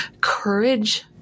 courage